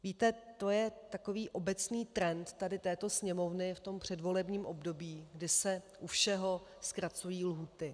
Víte, to je takový obecný trend tady této Sněmovny v tom předvolebním období, kdy se u všeho zkracují lhůty.